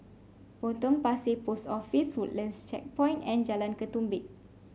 Potong Pasir Post Office Woodlands Checkpoint and Jalan Ketumbit